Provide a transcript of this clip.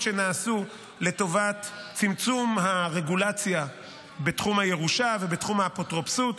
שנעשו לטובת צמצום הרגולציה בתחום הירושה ובתחום האפוטרופסות,